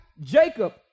Jacob